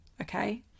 Okay